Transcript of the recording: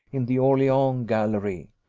in the orleans gallery.